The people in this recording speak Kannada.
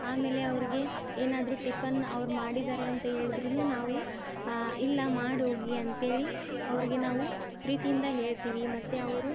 ಆಮೇಲೆ ಅವ್ರಿಗೆ ಏನಾದರೂ ಟಿಫನ್ ಅವ್ರು ಮಾಡಿದರೆ ಅಂತ ಹೇಳ್ದ್ರೂ ನಾವು ಇಲ್ಲ ಮಾಡೋಗಿ ಅಂಥೇಳಿ ಅವ್ರಿಗೆ ನಾವು ಪ್ರೀತಿಯಿಂದ ಹೇಳ್ತೀವಿ ಮತ್ತು ಅವರು